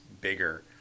bigger